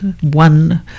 one